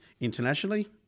internationally